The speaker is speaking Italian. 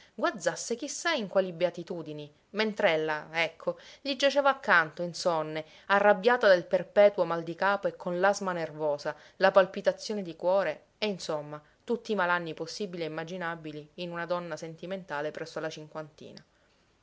chi sa in quali beatitudini mentr'ella ecco gli giaceva accanto insonne arrabbiata dal perpetuo mal di capo e con l'asma nervosa la palpitazione di cuore e insomma tutti i malanni possibili e immaginabili in una donna sentimentale presso alla cinquantina